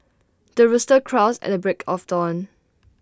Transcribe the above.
the rooster crows at the break of dawn